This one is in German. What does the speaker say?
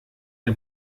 ein